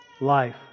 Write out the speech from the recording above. life